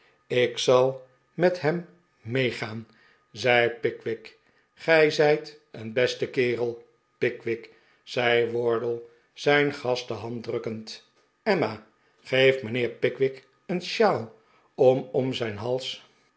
ik zal met hem meegaan zei pickwick gij zijt een beste kerel pickwick zei wardle zijn gast de hand drukkend emma geef mijnheer pickwick een shawl om om zijn hals